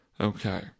Okay